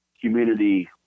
community